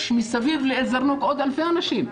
יש מסביב לזרנוג עוד אלפי אנשים,